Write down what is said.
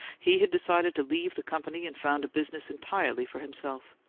he had decided to leave the company and found a business entirely for himself.